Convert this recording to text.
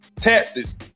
Texas